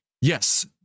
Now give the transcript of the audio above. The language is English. yes